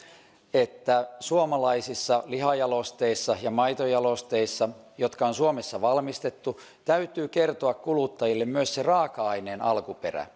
että suomalaisissa lihajalosteissa ja maitojalosteissa jotka on suomessa valmistettu täytyy kertoa kuluttajille myös se raaka aineen alkuperä